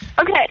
Okay